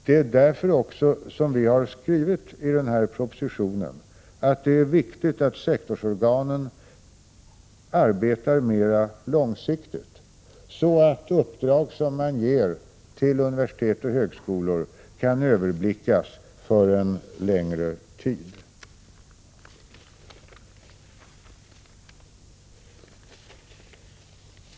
Det är därför som vi har skrivit i den här propositionen att det är viktigt att sektorsorganen arbetar mera långsiktigt, så att uppdrag som man ger till universitet och högskolor kan överblickas för en längre tid.